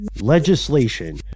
legislation